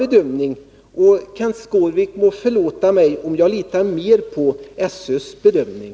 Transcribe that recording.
Kenth Skårvik må förlåta mig om jag litar mer på SÖ:s bedömning.